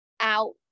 out